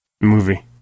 movie